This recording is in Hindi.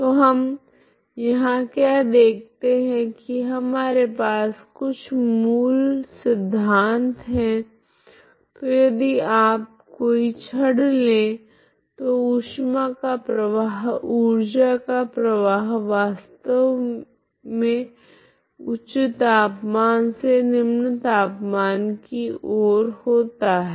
तो हम यहाँ क्या देखते है की हमारे पास कुछ मूल सिद्धान्त है तो यदि आप कोई छड़ ले तो ऊष्मा का प्रवाह ऊर्जा का प्रवाह वास्तव मी उच्च तापमान से निम्न तापमान की ओर होता है